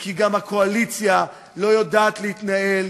כי גם הקואליציה לא יודעת להתנהל,